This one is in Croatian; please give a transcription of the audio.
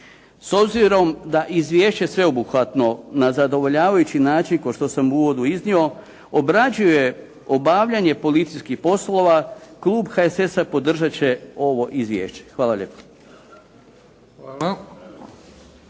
S obzirom da je izvješće sveobuhvatno na zadovoljavajući način kao što sam u uvodu iznio obrađuje obavljanje policijskih poslova Klub HSS-a podržat će ovo izvješće. Hvala lijepa.